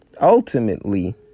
ultimately